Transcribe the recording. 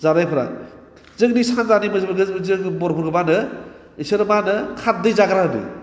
जानायफोरा जोंनि सानजानि बर'फोरखौ मा होनो बिसोर मा होनो खारदै जाग्रा होनो